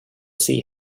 see